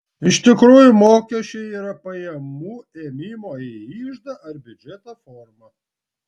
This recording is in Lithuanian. iš tikrųjų mokesčiai yra pajamų ėmimo į iždą ar biudžetą forma